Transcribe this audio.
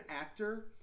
actor